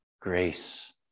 grace